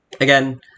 again